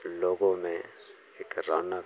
लोगों में एक रौनक